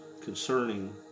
concerning